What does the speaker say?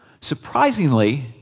Surprisingly